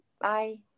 Bye